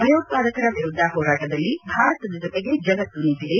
ಭಯೋತ್ವಾದಕರ ವಿರುದ್ಧ ಹೋರಾಟದಲ್ಲಿ ಭಾರತದ ಜೊತೆಗೆ ಜಗತ್ತು ನಿಂತಿದೆ